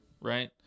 right